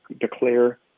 declare